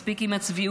מספיק עם הצביעות.